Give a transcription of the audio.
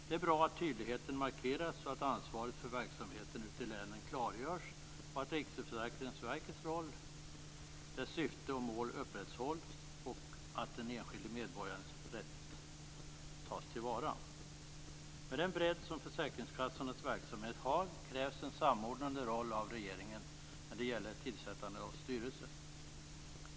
Det är bra att tydligheten markeras så att ansvaret för verksamheten ute i länen klargörs, att Riksförsäkringsverkets syfte och mål upprätthålls och att den enskilde medborgarens rätt tas till vara. Den bredd som försäkringskassornas verksamhet har kräver en samordnande roll av regeringen när det gäller tillsättandet av styrelser.